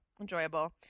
enjoyable